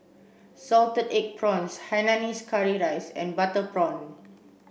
salted egg prawns Hainanese curry rice and butter prawn